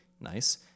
nice